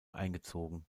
eingezogen